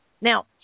Now